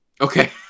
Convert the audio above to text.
Okay